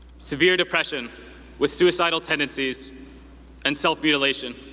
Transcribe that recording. severe depression with suicidal tendencies and self-mutilation.